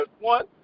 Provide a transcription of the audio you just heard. one